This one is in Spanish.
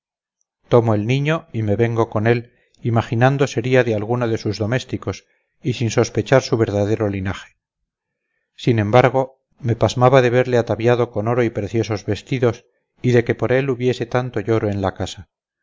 tomo el niño y me vengo con él imaginando sería de alguno de sus domésticos y sin sospechar su verdadero linaje sin embargo me pasmaba de verle ataviado con oro y preciosos vestidos y de que por él hubiese tanto lloro en la casa